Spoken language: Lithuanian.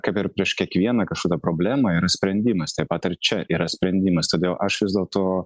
kaip ir prieš kiekvieną kažkada problemą yra sprendimas taip pat ir čia yra sprendimas todėl aš vis dėlto